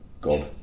God